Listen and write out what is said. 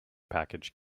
package